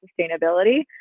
sustainability